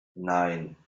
nein